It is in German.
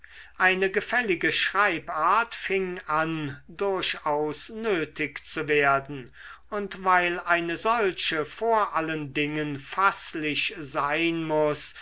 eine gefällige schreibart fing an durchaus nötig zu werden und weil eine solche vor allen dingen faßlich sein muß